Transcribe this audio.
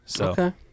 Okay